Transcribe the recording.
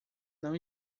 não